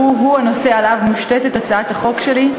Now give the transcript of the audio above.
והוא-הוא הנושא שעליו מושתתת הצעת החוק שלי,